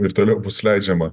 ir toliau bus leidžiama